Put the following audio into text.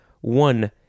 One